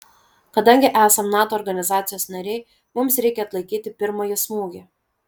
kadangi esam nato organizacijos nariai mums reikia atlaikyti pirmąjį smūgį